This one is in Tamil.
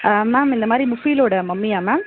மேம் இந்த மாதிரி முஃபிலோடய மம்மியா மேம்